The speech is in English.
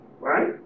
right